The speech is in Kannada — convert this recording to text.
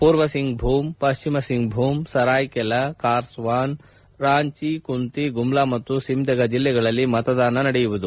ಮೂರ್ವ ಸಿಂಗ್ ಭೂಮ್ ಪಶ್ಚಿಮ ಸಿಂಗ್ ಭೂಮ್ ಸರಾಯ್ಕೆಲಾ ಖಾರ್ಸವಾನ್ ರಾಂಚಿ ಕುಂತಿ ಗುಮ್ಲಾ ಮತ್ತು ಸಿಮ್ದೆಗಾ ಜಿಲ್ಲೆಗಳಲ್ಲಿ ಮತದಾನ ನಡೆಯುವುದು